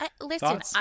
Listen